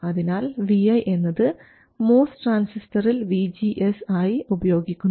അതിനാൽ vi എന്നത് MOS ട്രാൻസിസ്റ്ററിൽ vGS ആയി പ്രയോഗിക്കുന്നു